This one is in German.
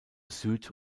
süd